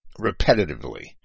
repetitively